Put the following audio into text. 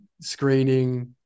screening